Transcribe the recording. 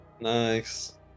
Nice